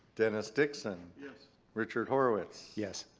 dennis dixon. yes. richard horowitz. yes.